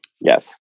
Yes